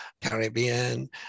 Caribbean